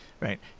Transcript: Right